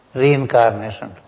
reincarnation